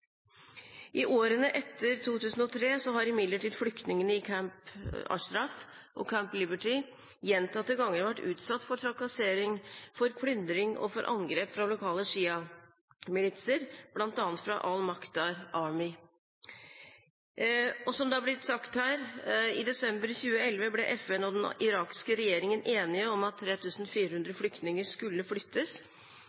I årene etter 2003 har imidlertid flyktningene i Camp Ashraf og Camp Liberty gjentatte ganger vært utsatt for trakassering, for plyndring og for angrep fra lokale sjiamilitser, bl.a. fra Al Mukhtar Army. Som det har blitt sagt her, i desember 2011 ble FN og den irakiske regjeringen enige om at